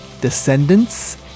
Descendants